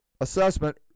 assessment